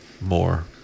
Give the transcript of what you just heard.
more